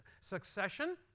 succession